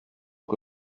que